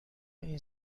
این